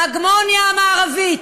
ההגמוניה המערבית,